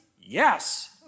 Yes